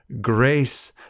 grace